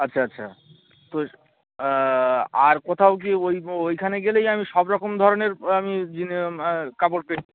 আচ্ছা আচ্ছা তো আর কোথাও কি ওই ব ওইখানে গেলেই আমি সব রকম ধরনের আমি যিনি কাপড় পেয়ে